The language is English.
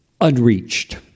Unreached